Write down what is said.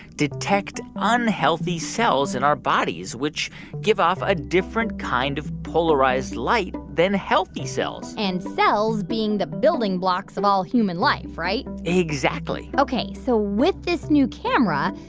detect unhealthy cells in our bodies which give off a different different kind of polarized light than healthy cells and cells being the building blocks of all human life, right? exactly ok, so with this new camera,